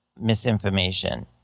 misinformation